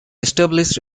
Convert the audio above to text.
established